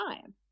time